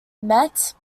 met